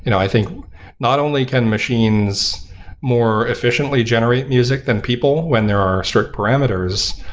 you know i think not only can machines more efficiently generate music than people when there are certain parameters,